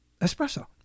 espresso